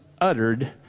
uttered